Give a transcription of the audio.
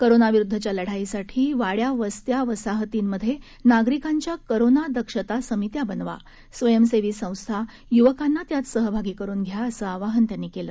कोरोनाविरुद्धच्या लढाईसाठी वाङ्या वस्त्या वसाहतींमधे नागरिकांच्या कोरोना दक्षता समित्या बनवा स्वयंसेवी संस्था यूवकांना यात सहभागी करून घ्या असं आवाहन त्यांनी केलं